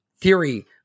theory